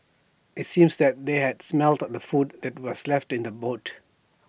IT seemed that they had smelt the food that was left in the boot